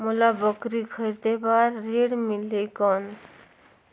मोला बकरी खरीदे बार ऋण मिलही कौन?